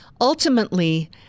ultimately